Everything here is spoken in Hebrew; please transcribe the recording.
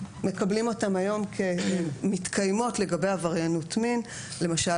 מקבלים אותן היום כמתקיימות לגבי עבריינות מין כמו למשל,